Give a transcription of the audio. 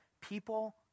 people